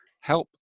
help